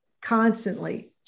constantly